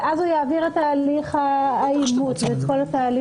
אז הוא יעביר את הליך האימות ואת כל התהליך